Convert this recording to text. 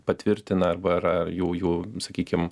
patvirtina arba yra jų jų sakykim